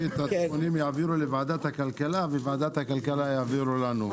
שיעבירו את התיקונים בנוסח לוועדת הכלכלה וועדת הכלכלה תעביר לנו.